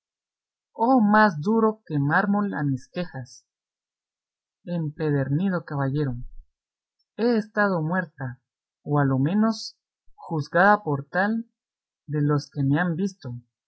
oh más duro que mármol a mis quejas empedernido caballero he estado muerta o a lo menos juzgada por tal de los que me han visto